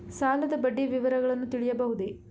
ಸಾಲದ ಬಡ್ಡಿಯ ವಿವರಗಳನ್ನು ತಿಳಿಯಬಹುದೇ?